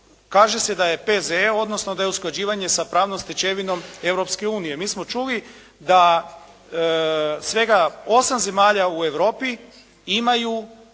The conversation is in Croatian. kaže se da je P.Z.E. odnosno da je usklađivanje sa pravnom stečevinom Europske unije. Mi smo čuli da svega 8 zemalja u Europi imaju